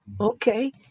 okay